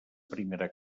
primera